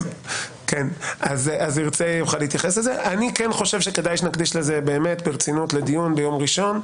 אני חושב שכדאי שנקדיש זמן לחשוב על הדברים גם ביום ראשון.